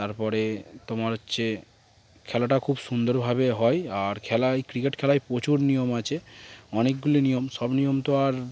তারপরে তোমার হচ্ছে খেলাটা খুব সুন্দরভাবে হয় আর খেলায় ক্রিকেট খেলায় প্রচুর নিয়ম আছে অনেকগুলি নিয়ম সব নিয়ম তো আর